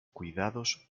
cuidados